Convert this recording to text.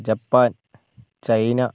Japan China